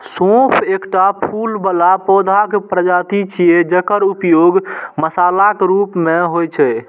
सौंफ एकटा फूल बला पौधाक प्रजाति छियै, जकर उपयोग मसालाक रूप मे होइ छै